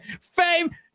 fame